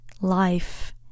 life